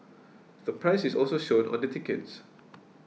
the price is also shown on the tickets